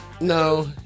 No